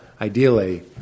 ideally